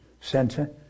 center